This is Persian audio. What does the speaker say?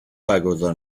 برگزار